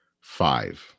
Five